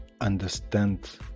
Understand